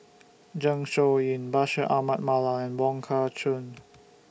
Zeng Shouyin Bashir Ahmad Mallal and Wong Kah Chun